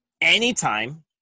anytime